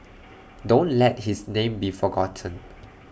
don't let his name be forgotten